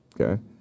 Okay